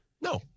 No